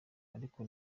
ariko